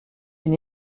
une